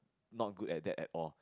not good at that at all